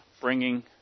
bringing